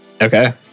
Okay